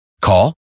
Call